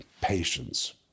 patience